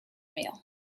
meal